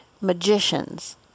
magicians